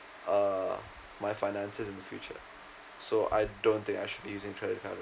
err my finances in the future so I don't think I should be using credit card